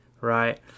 right